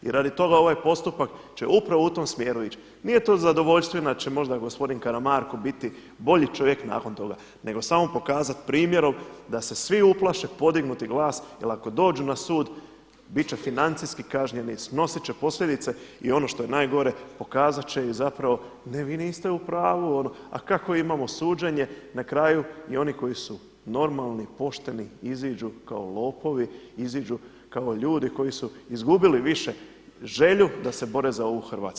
I radi toga ovaj postupak će upravo u tom smjeru ići, nije to zadovoljština da će možda gospodin Karamarko biti bolji čovjek nakon toga nego samo pokazati primjerom da se svi uplaše podignuti glas jer ako dođu na sud bit će financijski kažnjeni, snosit će posljedice i ono što je najgore pokazat će i zapravo ne vi niste u pravu, a kakvo imamo suđenje, na kraju i oni koji su normalni, pošteni iziđu kao lopovi, iziđu kao ljudi koji su izgubili više želju da se bore za ovu Hrvatsku.